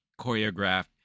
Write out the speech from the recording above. choreographed